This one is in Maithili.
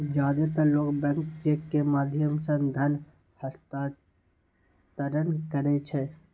जादेतर लोग बैंक चेक के माध्यम सं धन हस्तांतरण करै छै